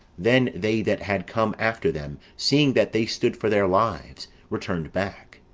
then they that had come after them, seeing that they stood for their lives, returned back.